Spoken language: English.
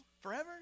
forever